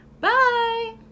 Bye